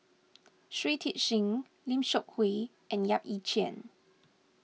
Shui Tit Sing Lim Seok Hui and Yap Ee Chian